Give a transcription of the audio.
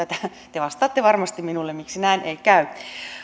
te vastaatte varmasti minulle miksi näin ei käy